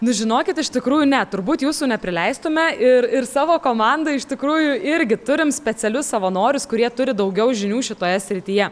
nu žinokit iš tikrųjų ne turbūt jūsų neprileistumėme ir ir savo komandoj iš tikrųjų irgi turim specialius savanorius kurie turi daugiau žinių šitoje srityje